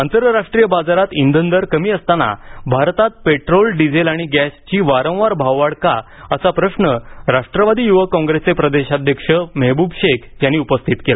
आंतरराष्ट्रीय बाजारात इंधन दर कमी असताना भारतात पेट्रोल डिझेल आणि गॅसची वारंवार भाववाढ का असा प्रश्न राष्ट्रवादी युवक कॉंग्रेसचे प्रदेशाध्यक्ष मेहबूब शेख यांनी उपस्थित केला